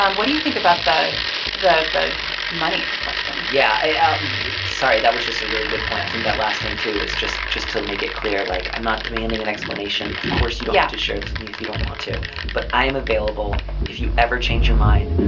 um what do you think about the that the money question. yeah i felt sorry that was just a really good point i think that last thing too is just just to make it clear like i'm not demanding an explanation. of course you've got to share this with me if you don't want to but i'm available if you ever change your mind.